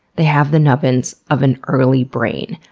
they have the nubbins of an early brain.